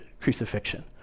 crucifixion